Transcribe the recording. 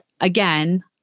again